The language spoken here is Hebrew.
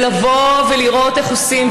ולבוא ולראות איך עושים,